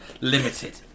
limited